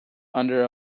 under